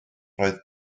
roedd